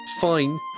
Fine